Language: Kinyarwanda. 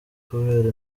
kubera